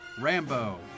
Rambo